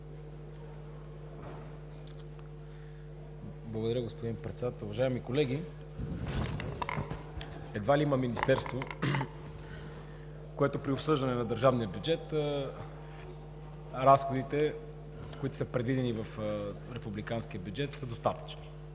Благодаря, господин Председател. Уважаеми колеги, едва ли има министерство, за което при обсъждане на държавния бюджет разходите, които са предвидени в републиканския бюджет, са достатъчни.